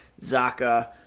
Zaka